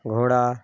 ঘোড়া